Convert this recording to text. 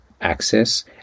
access